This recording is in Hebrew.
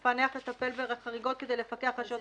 לפענח ולטפל בחריגות כדי לפקח על שעות